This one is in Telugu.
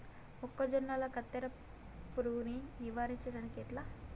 మొక్కజొన్నల కత్తెర పురుగుని నివారించడం ఎట్లా?